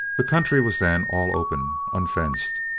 the country was then all open, unfenced,